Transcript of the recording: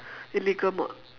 illegal mod